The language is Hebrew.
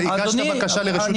הגשת בקשה לרשות דיבור.